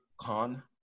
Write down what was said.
con